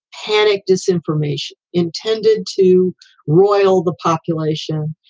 panic, disinformation intended to roil the population,